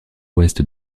ouest